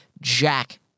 jack